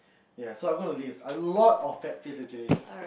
ya so I'm going to list a lot of pet peeves actually